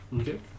Okay